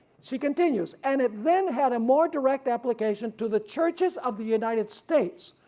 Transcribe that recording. she continues, and it then had a more direct application to the churches of the united states,